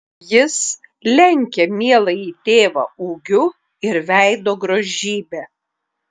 jis lenkia mieląjį tėvą ūgiu ir veido grožybe